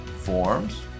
forms